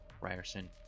ryerson